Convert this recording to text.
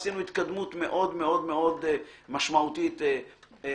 עשינו התקדמות מאוד מאוד משמעותית וגדולה.